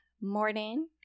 morning